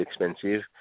expensive